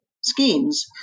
schemes